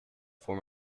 form